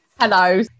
Hello